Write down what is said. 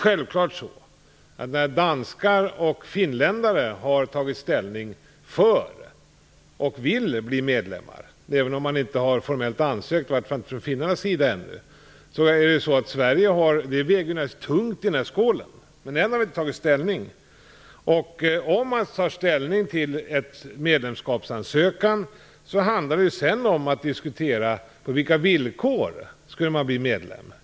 När danskar och finländare har tagit ställning för och vill bli medlemmar, även om de formellt inte - i varje fall inte Finland - har ansökt om det, så väger det naturligtvis tungt i skålen. Ännu har alltså ställning inte tagits. Men om man tar ställning till en medlemskapsansökan handlar det sedan om att diskutera på vilka villkor man blir medlem.